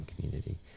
community